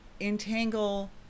entangle